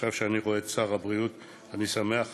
עכשיו כשאני רואה את שר הבריאות אני שמח